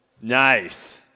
Nice